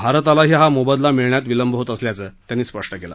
भारतालाही हा मोबदला मिळण्यात विलंब होत असल्याचं त्यांनी स्पष्ट केलं